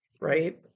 right